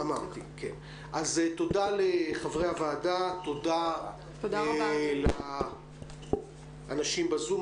תודה לחברי הוועדה, תודה לאנשים בזום.